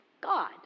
God